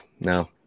no